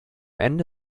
ende